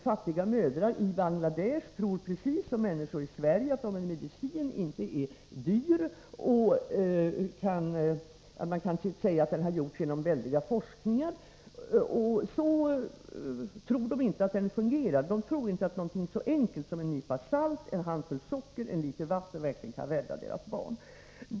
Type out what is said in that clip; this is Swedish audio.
Fattiga mödrar i Bangladesh tror, precis som människor i Sverige, att en medicin som inte är dyr och inte kan sägas ha kommit fram genom väldiga forskningar inte kan fungera. De tror inte att någonting så enkelt som en nypa salt, en handfull socker och en liter vatten verkligen kan rädda deras barn.